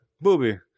Booby